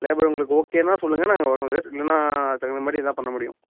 labour உங்களுக்கு ஓகேன்னா சொல்லுங்கள் நாங்கள் வருவோம் சார் இல்லைன்னா அதுக்கு தகுந்த மாதிரி இதான் பண்ண முடியும்